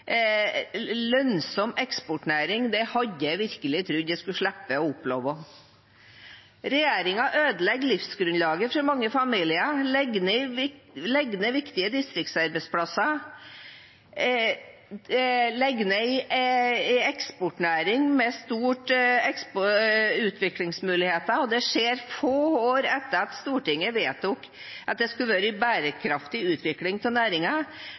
lønnsom eksportnæring, hadde jeg virkelig trodd jeg skulle slippe å oppleve. Regjeringen ødelegger livsgrunnlaget for mange familier, legger ned viktige distriktsarbeidsplasser, legger ned en eksportnæring med store utviklingsmuligheter, og det skjer få år etter at Stortinget vedtok at det skulle være en bærekraftig utvikling av